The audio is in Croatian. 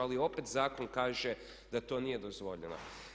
Ali opet zakon kaže da to nije dozvoljeno.